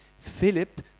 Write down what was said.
Philip